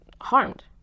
harmed